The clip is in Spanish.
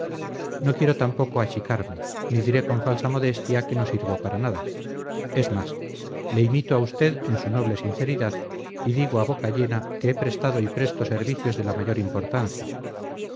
no quiero tampoco achicarme ni diré con falsa modestia que no sirvo para nada es más le imito a usted en su noble sinceridad y digo a boca llena que he prestado y presto servicios de la mayor importancia